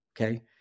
Okay